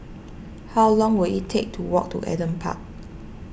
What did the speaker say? how long will it take to walk to Adam Park